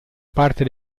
parte